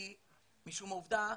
משום העובדה,